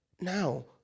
now